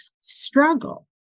struggle